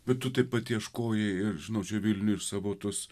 bet tu taip pat ieškojai ir žinau čia vilniuj ir savo tos